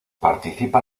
participa